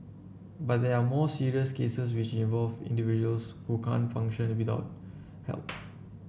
but there are more serious cases which involve individuals who can't function without help